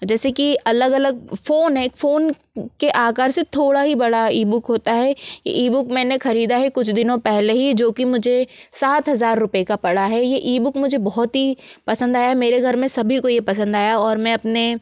जैसे कि अलग अलग फ़ोन है एक फ़ोन के आकार से थोड़ी ही बड़ी ईबूक होती है ईबूक मैंने ख़रीदा है कुछ दिनों पहले ही जो कि मुझे सात हज़ार रुपये का पड़ा है ये ईबूक मुझे बहुत ही पसंद आया मेरे घर में सभी को ये पसंद आया और मैं अपने